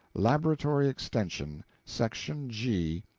laboratory extension, section g.